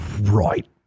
Right